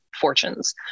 fortunes